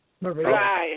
Maria